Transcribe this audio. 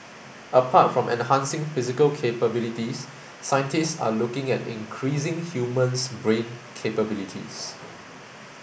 apart from enhancing physical capabilities scientists are looking at increasing human's brain capabilities